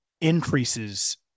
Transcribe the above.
increases